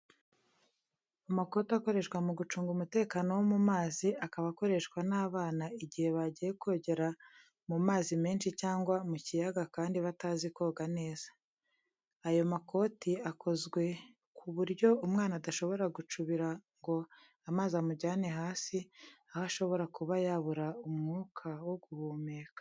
Amakote akoreshwa mu gucunga umutekano wo mu mazi, akaba akoreshwa n'abana igihe bagiye kogera mu mazi menshi cyangwa mu kiyaga kandi batazi koga neza. Ayo makote akozwe ku buryo umwana adashobora gucubira ngo amazi amujyane hasi, aho ashobora kuba yabura umwuka wo guhumeka.